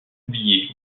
oublié